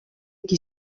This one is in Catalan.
qui